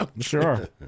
sure